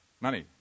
money